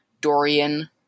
Dorian